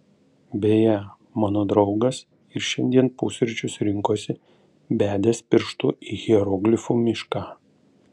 beje mano draugas ir šiandien pusryčius rinkosi bedęs pirštu į hieroglifų mišką